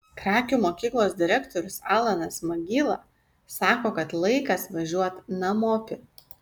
krakių mokyklos direktorius alanas magyla sako kad laikas važiuot namopi